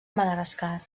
madagascar